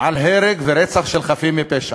על הרג ורצח של חפים מפשע.